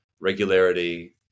regularity